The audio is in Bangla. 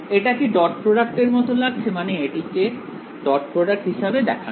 এটা কি ডট প্রোডাক্টের মত লাগছে মানে এটিকে ডট প্রডাক্ট হিসেবে দেখোনা